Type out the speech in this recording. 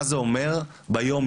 מה זה אומר ביום-יום?